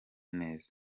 neza